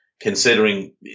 considering